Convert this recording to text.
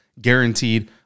guaranteed